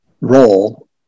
role